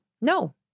No